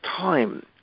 time